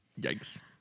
Yikes